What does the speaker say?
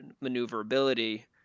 maneuverability